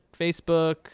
Facebook